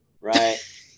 Right